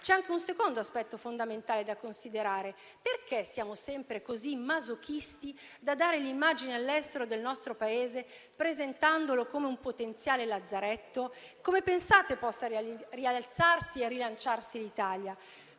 C'è anche un secondo aspetto fondamentale da considerare: perché siamo sempre così masochisti da dare all'estero un'immagine del nostro Paese che lo presenta come un potenziale lazzaretto? Come pensate possa rialzarsi e rilanciarsi l'Italia?